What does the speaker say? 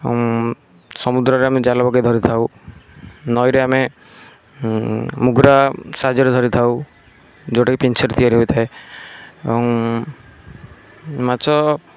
ହୁଁ ସମୁଦ୍ରରେ ଜାଲ ପକାଇ ଧରିଥାଉ ନଇରେ ଆମେ ମୁଗୁରା ସାହାଯ୍ୟରେ ଧରିଥାଉ ଯେଉଁଟା କି ପିଞ୍ଛରେ ତିଆରି ହୋଇଥାଏ ଆଉ ମାଛ